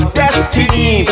destiny